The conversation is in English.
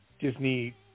Disney